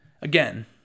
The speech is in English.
again